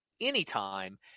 anytime